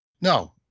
No